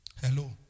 Hello